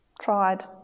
tried